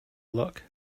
look